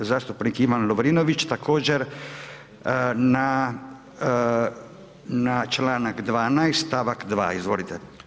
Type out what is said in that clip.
7 zastupnik Ivan Lovrinović, također na članak 12. stavak 2, izvolite.